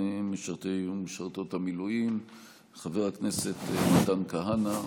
משרתי ומשרתות המילואים חבר הכנסת מתן כהנא.